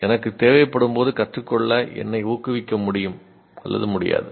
எனக்குத் தேவைப்படும்போது கற்றுக்கொள்ள என்னை ஊக்குவிக்க முடியும் முடியாது